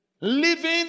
Living